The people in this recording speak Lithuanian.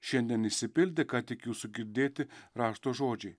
šiandien išsipildė ką tik jūsų girdėti rašto žodžiai